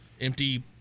empty